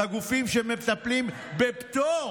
לגופים שמטפלים בפטור